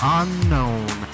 unknown